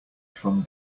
from